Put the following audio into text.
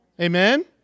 Amen